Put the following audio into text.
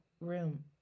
room